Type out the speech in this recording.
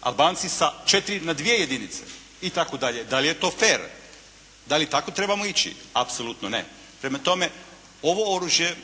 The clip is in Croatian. Albanci sa 4 na 2 jedinice itd. Da li je to fer? Da li tako trebamo ići? Apsolutno ne. Prema tome, ovo oružje,